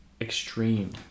extreme